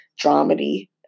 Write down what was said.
dramedy